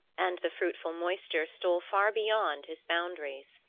and the fruitful moisture stole far beyond his boundaries.